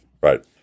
Right